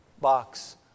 box